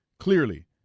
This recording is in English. clearly